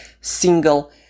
single